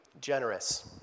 generous